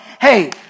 hey